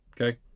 Okay